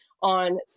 on